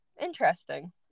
Interesting